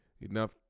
enough